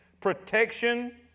Protection